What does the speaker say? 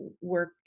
work